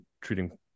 treating